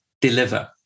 deliver